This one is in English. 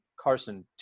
Carson